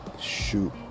Shoot